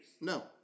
No